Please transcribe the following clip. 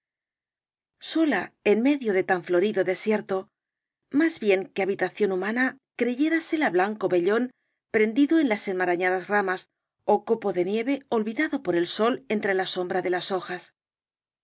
sola en medio de tan florido desierto más bien que habitación humana creyérasela blanco vellón prendido en las enmarañadas ramas ó copo de nieve olvidado por el sol entre la sombra de las hojas